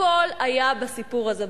הכול היה בסיפור הזה,